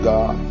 God